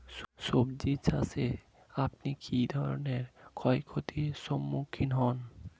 সবজী চাষে আপনি কী ধরনের ক্ষয়ক্ষতির সম্মুক্ষীণ হন?